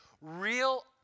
real